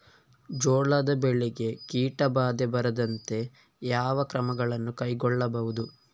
ಜೋಳದ ಬೆಳೆಗೆ ಕೀಟಬಾಧೆ ಬಾರದಂತೆ ಯಾವ ಕ್ರಮಗಳನ್ನು ಕೈಗೊಳ್ಳಬಹುದು?